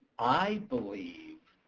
i believe,